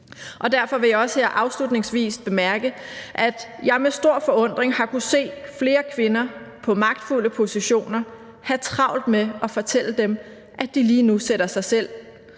Og derfor vil jeg også her afslutningsvis bemærke, at jeg med stor forundring har kunnet se flere kvinder i magtfulde positioner have travlt med at fortælle dem, som lige nu sætter sig selv